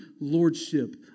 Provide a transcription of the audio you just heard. lordship